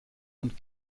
und